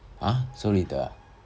!huh! so little ah